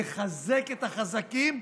לחזק את החזקים,